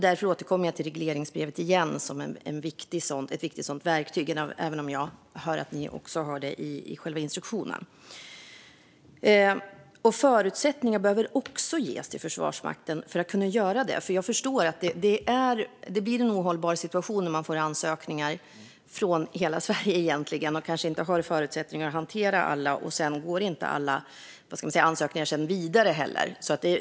Därför återkommer jag igen till regleringsbrevet som ett viktigt verktyg, även om jag hör att ni även har det i själva instruktionen. Förutsättningar behöver också ges till Försvarsmakten att kunna göra det. Jag förstår att det blir en ohållbar situation om man får ansökningar från hela Sverige och kanske inte har förutsättningar att kunna hantera alla. Sedan går inte alla ansökningar vidare heller.